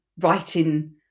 writing